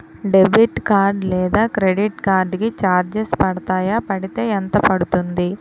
Debit card లేదా credit card కి charges పడతాయా? పడితే ఎంత పడుతుంది?